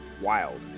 wild